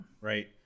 right